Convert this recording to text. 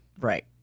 Right